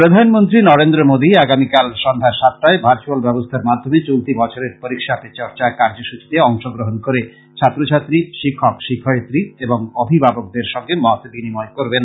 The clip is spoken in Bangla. প্রধানমন্ত্রী নরেন্দ্র মোদী আগামীকাল সন্ধ্যা সাতটায় ভার্চুয়েল ব্যবস্থার মাধ্যমে চলতি বছরের পরীক্ষা পে চর্চা কার্যসূচীতে অংশগ্রহণ করে ছাত্রছাত্রী শিক্ষক শিক্ষয়িত্রী এবং অভিভাবকদের সঙ্গে মত বিনিময় করবেন